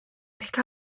pick